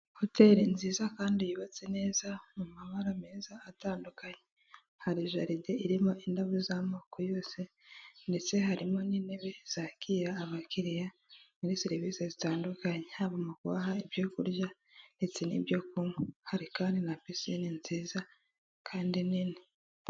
Hoteri nziza kandi yubatse neza mu mabara meza atandukanye, hari jaride irimo indabo z'amoko yose, ndetse harimo n'intebe zakira abakiriya muri serivisi zitandukanye, haba mu kubaha ibyo kurya ndetse n'ibyo kunywa, hari kandi na pisine nziza kandi nini.